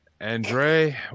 Andre